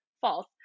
false